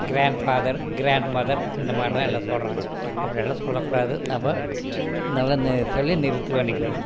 grandfather grandmother இந்தமாதிரிதான் எல்லாம் சொல்கிறாங்க அப்படிலாம் சொல்லக்கூடாது நம்ப நல்ல சொல்லி நிருத்தி பண்ணிக்கணும்